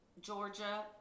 Georgia